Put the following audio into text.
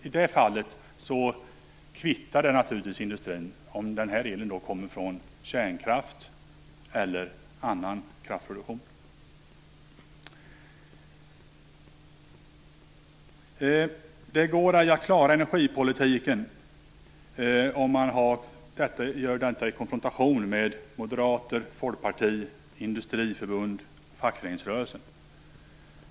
I det fallet kvittar det industrin om elen kommer från kärnkraft eller annan kraftproduktion. Det går ej att klara energipolitiken om man gör detta i konfrontation med moderater, folkpartister, industriförbund och fackföreningsrörelse.